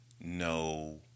no